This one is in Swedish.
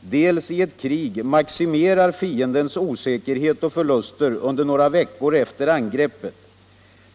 dels i ett krig maximerar fiendens osäkerhet och förluster under några veckor efter angreppet.